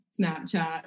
snapchat